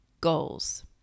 goals